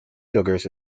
sugars